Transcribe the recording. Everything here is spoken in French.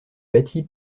bâti